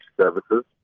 services